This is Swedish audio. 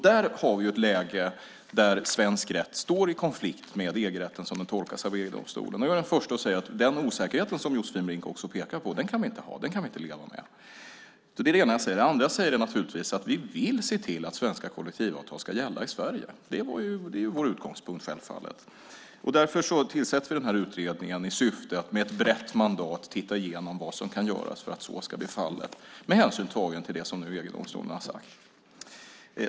Där har vi ett läge där svensk rätt står i konflikt med EG-rätten som den tolkas av EG-domstolen. Jag är den förste att säga att den osäkerhet som Josefin Brink pekar på kan vi inte ha och inte leva med. Det är det ena jag säger. Det andra jag säger är att vi vill se till att svenska kollektivavtal ska gälla i Sverige. Det är självfallet vår utgångspunkt. Därför tillsätter vi utredningen i syfte att med ett brett mandat titta igenom vad som kan göras för att så ska bli fallet med hänsyn taget till det som EG-domstolen nu har sagt.